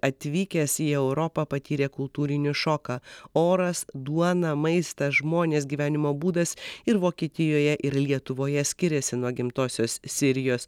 atvykęs į europą patyrė kultūrinį šoką oras duona maistas žmonės gyvenimo būdas ir vokietijoje ir lietuvoje skiriasi nuo gimtosios sirijos